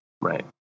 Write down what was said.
Right